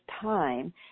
time